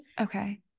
Okay